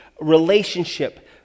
relationship